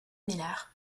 miller